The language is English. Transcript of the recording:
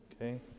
Okay